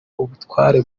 ubutware